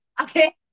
Okay